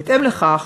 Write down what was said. בהתאם לכך